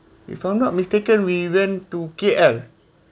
if I'm not mistaken we went to K_L